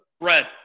red